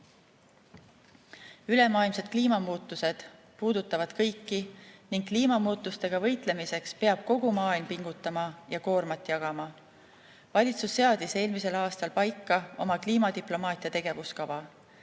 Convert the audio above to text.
Ülemaailmsed kliimamuutused puudutavad kõiki ning kliimamuutustega võitlemiseks peab kogu maailm pingutama ja koormat jagama. Valitsus seadis eelmisel aastal paika oma kliimadiplomaatia tegevuskava.